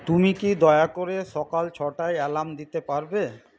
তুমি কি দয়া করে সকাল ছটায় অ্যালার্ম দিতে পারবে